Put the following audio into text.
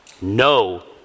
no